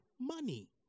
money